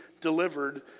delivered